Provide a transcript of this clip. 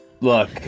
look